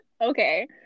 Okay